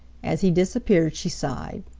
as he disappeared, she sighed.